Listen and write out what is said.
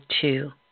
two